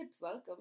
welcome